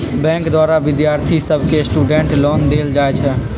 bank द्वारा विद्यार्थि सभके स्टूडेंट लोन देल जाइ छइ